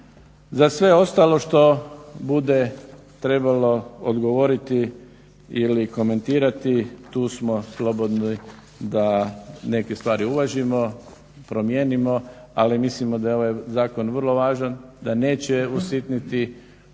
Za sve ostalo što bude trebalo odgovoriti ili komentirati tu smo slobodni da neke stvari uvažimo, promijenimo. Ali mislimo da je ovaj zakon vrlo važan, da neće usitniti